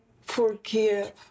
forgive